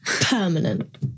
permanent